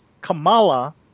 Kamala